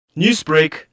Newsbreak